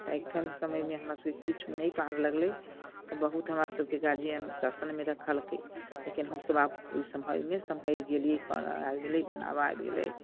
तऽ अखन के समय मे हमरा सॅं किछु नहि पार लगलै तऽ बहुत हमरा सबके गार्जियन शासन मे रखलकै लेकिन हमसब आब ओहि समय मे सम्हैर गेलियै बनाबै करऽ आबि गेलै बनाबऽ आबि गेलै